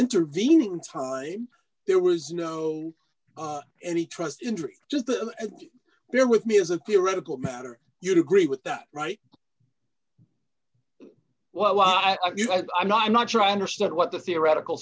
intervening time there was no any trust indri just bear with me as a theoretical matter you'd agree with that right well i do i'm not i'm not sure i understand what the theoretical